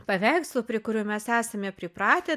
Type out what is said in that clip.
paveikslo prie kurio mes esame pripratę